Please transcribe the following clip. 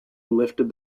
lifted